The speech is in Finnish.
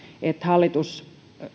että hallitus